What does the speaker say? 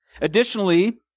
Additionally